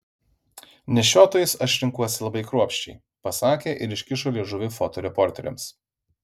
nešiotojus aš renkuosi labai kruopščiai pasakė ir iškišo liežuvį fotoreporteriams